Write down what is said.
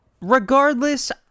Regardless